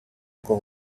con